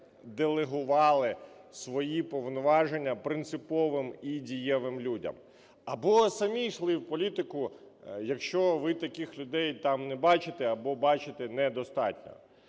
ви делегували свої повноваження принциповим і дієвим людям. Або самі йшли в політику, якщо ви таких людей там не бачите або бачите недостатньо.